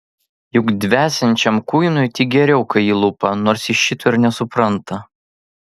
juk dvesiančiam kuinui tik geriau kai jį lupa nors jis šito ir nesupranta